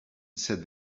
said